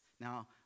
now